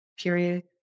period